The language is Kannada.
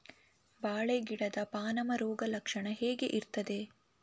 ಬಾಳೆ ಗಿಡದ ಪಾನಮ ರೋಗ ಲಕ್ಷಣ ಹೇಗೆ ಇರ್ತದೆ?